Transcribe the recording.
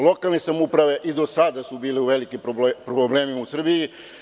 Lokalne samouprave i do sada su bile u velikim problemima u Srbiji.